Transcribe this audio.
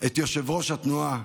את יושב-ראש התנועה,